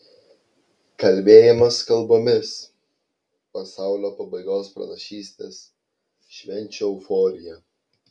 kalbėjimas kalbomis pasaulio pabaigos pranašystės švenčių euforija